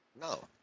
no